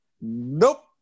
Nope